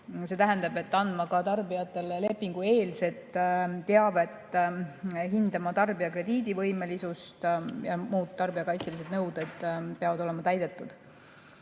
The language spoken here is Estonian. mis tähendab, et andma tarbijatele lepingueelset teavet, hindama tarbija krediidivõimelisust ja ka muud tarbijakaitselised nõuded peavad olema täidetud.